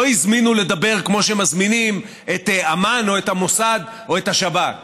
לא הזמינו לדבר כמו שמזמינים את אמ"ן או את המוסד או את השב"כ.